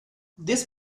this